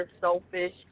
selfish